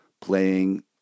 Playing